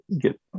get